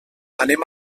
anem